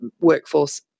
workforce